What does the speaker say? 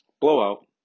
blowout